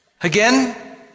Again